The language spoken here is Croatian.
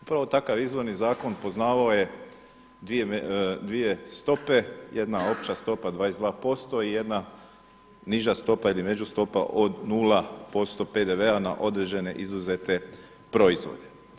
Upravo takav izvorni zakon poznavao je dvije stope – jedna opća stopa 22% i jedna niža stopa ili međustopa od 0% PDV-a na određene izuzete proizvode.